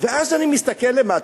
ואז אני מסתכל למטה,